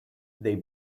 they